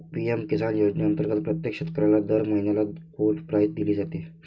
PM Kisan योजनेअंतर्गत प्रत्येक शेतकऱ्याला दर महिन्याला कोड प्राईज दिली जाते